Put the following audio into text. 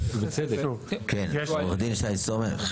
כן, עו"ד שי סומך.